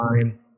time